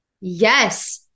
Yes